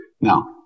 Now